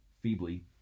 feebly